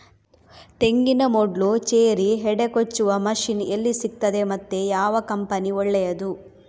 ತೆಂಗಿನ ಮೊಡ್ಲು, ಚೇರಿ, ಹೆಡೆ ಕೊಚ್ಚುವ ಮಷೀನ್ ಎಲ್ಲಿ ಸಿಕ್ತಾದೆ ಮತ್ತೆ ಯಾವ ಕಂಪನಿ ಒಳ್ಳೆದು?